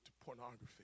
pornography